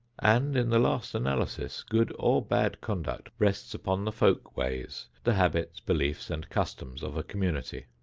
and, in the last analysis, good or bad conduct rests upon the folk-ways, the habits, beliefs and customs of a community.